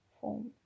form